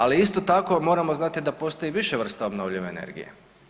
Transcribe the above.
Ali isto tako moramo znati da postoji više vrsta obnovljive energije.